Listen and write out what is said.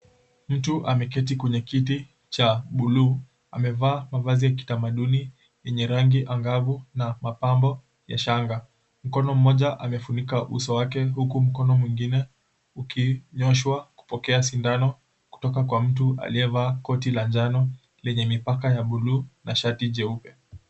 Mtu ameketi kwenye kiti cha buluu amevaa mavazi ya kitamaduni yenye rangi angavu na mapambo ya shanga mkono mmoja amefunika uso wake huku mkono mwengine ukinyoshwa kupokea sindano kutoka kwa mtu aliyevaa koti la njano lenye mipaka ya buluu na shati jeupe.